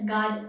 God